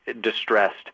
distressed